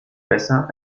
besser